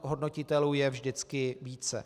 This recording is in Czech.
Hodnotitelů je vždycky více.